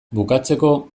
bukatzeko